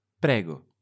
Prego